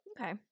Okay